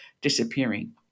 disappearing